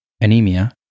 Anemia